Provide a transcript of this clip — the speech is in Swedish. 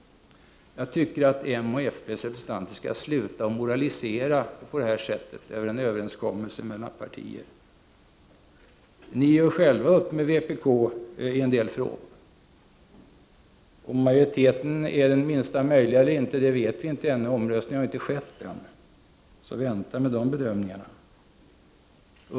Jag tycker att moderaternas och folkpartiets representanter skall sluta moralisera på detta sätt över en överenskommelse mellan partier. Ni gör själva upp med vpk i en del frågor. Om majoriteten är den minsta möjliga vet vi inte ännu. Omröstningen har ju inte skett än, så vänta med de bedömningarna!